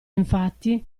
infatti